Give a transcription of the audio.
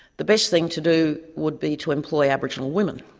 the best thing to do would be to employ aboriginal women.